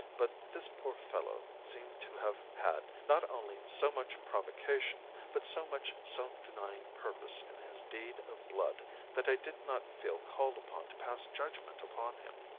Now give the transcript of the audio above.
but this poor fellow seemed to have had, not only so much provocation, but so much self-denying purpose in his deed of blood that i did not feel called upon to pass judgment upon him.